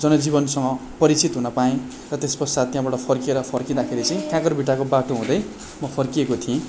जनजीवनसँग परिचित हुन पाएँ र त्यस पश्चात फर्किएर फर्किँदाखेरि चाहिँ काँकरभिट्टाको बाटो हुँदै म फर्किएको थिएँ